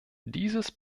dieses